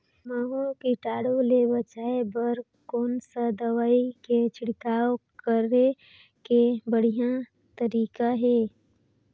महू कीटाणु ले बचाय बर कोन सा दवाई के छिड़काव करे के बढ़िया तरीका हे?